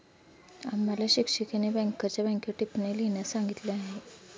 आम्हाला शिक्षिकेने बँकरच्या बँकेवर टिप्पणी लिहिण्यास सांगितली आहे